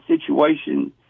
situation